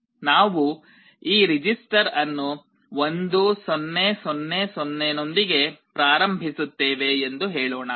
ನಾವು ಈ ರಿಜಿಸ್ಟರ್ ಅನ್ನು 1 0 0 0 ನೊಂದಿಗೆ ಪ್ರಾರಂಭಿಸುತ್ತೇವೆ ಎಂದು ಹೇಳೋಣ